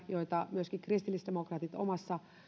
joita myöskin kristillisdemokraatit omassa